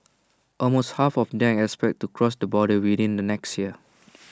almost half of them expect to cross the borders within the next year